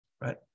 right